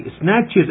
snatches